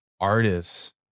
artists